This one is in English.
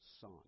Son